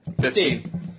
Fifteen